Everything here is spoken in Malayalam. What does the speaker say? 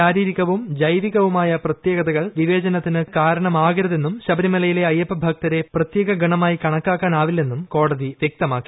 ശാരീരികവും ജൈവികവുമായ പ്രത്യേകതകൾ വിവേചനത്തിന് കാരണമാകരുതെന്നും ശബരിമലയിലെ അയ്യപ്പഭക്തരെ പ്രത്യേക ഗണമായി കണക്കാക്കാനാവില്ലെന്നും കോടതി വൃക്തമാക്കി